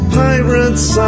pirates